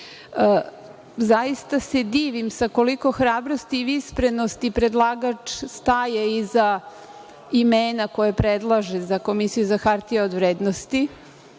Zaista se divim sa koliko hrabrosti i visprenosti predlagač staje iza imena koja predlaže za Komisiju za hartije od vrednosti,